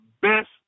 best